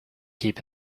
keep